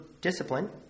discipline